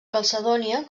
calcedònia